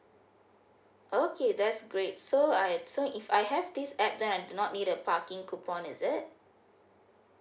okay that's great so I so if I have this app then I do not need the parking coupon is it